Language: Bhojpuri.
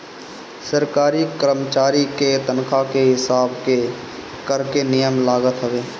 सरकारी करमचारी के तनखा के हिसाब के कर के नियम लागत हवे